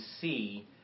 see